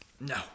No